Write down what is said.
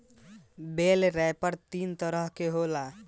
बेल wrapper तीन तरह के होला